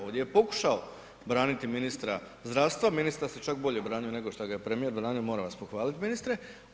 Ovdje je pokušao braniti ministra zdravstva, ministar se čak bolje branio nego što ga je premijer branio, moram vas pohvaliti ministre.